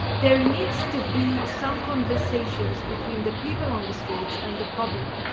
there needs to be some conversations between the people on the streets and the public,